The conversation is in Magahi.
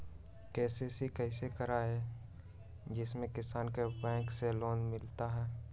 के.सी.सी कैसे कराये जिसमे किसान को बैंक से लोन मिलता है?